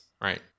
Right